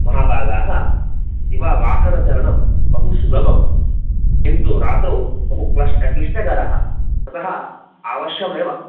महाभागाः दिवा वाहनचालनं बहु सुलभं किन्तु रात्रौ बहु क्लष्ट क्लिष्टकरः अतः आवश्यमेव